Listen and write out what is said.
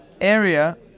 area